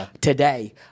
today